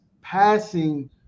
passing